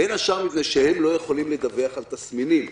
בין השאר מפני שהם לא יכולים לדווח על תסמינים,